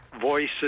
voices